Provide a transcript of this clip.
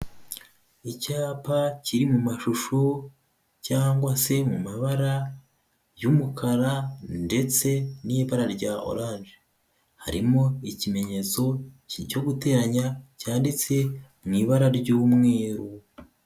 Icyapa kiri mu mashusho cyangwa se mu mabara y'umukara ndetse n'ibara rya orange harimo ikimenyetso cyo guteranya cyanditse mu ibara ry'umweru.